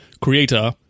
creator